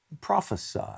prophesy